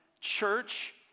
church